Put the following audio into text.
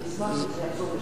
אני אשמח אם זה יחזור לשם.